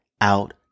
out